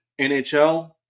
NHL